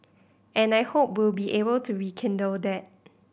and I hope we'll be able to rekindle that